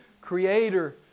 Creator